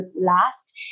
last